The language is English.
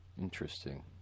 Interesting